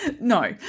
No